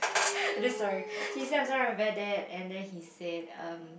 I'm just sorry he felt very sorry about that and then he said um